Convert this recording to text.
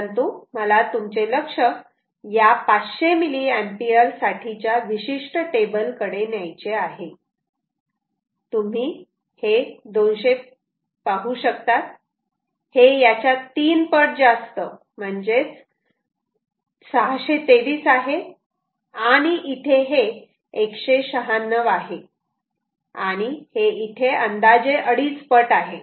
परंतु मला तुमचे लक्ष या 500 mA साठी च्या विशिष्ट टेबलकडे न्यायचे आहे तुम्ही हे 200 पाहू शकतात हे याच्या तीन पट जास्त म्हणजेच 623 आहे आणि इथे हे 196 आहे आणि हे इथे अंदाजे अडीच पट आहे